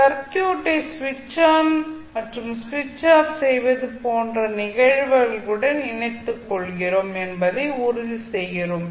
circuits ஐ சுவிட்ச் on மற்றும் சுவிட்ச் ஆஃப் செய்வது போன்ற நிகழ்வுகளுடன் இணைத்துக்கொள்கிறோம் என்பதை உறுதி செய்கிறோம்